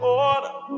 order